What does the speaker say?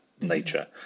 nature